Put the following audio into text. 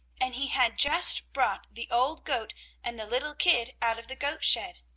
and he had just brought the old goat and the little kid out of the goat shed.